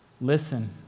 Listen